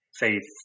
faith